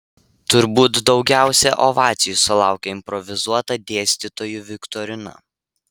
turbūt daugiausiai ovacijų sulaukė improvizuota dėstytojų viktorina